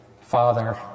Father